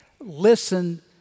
Listen